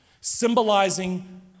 symbolizing